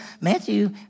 Matthew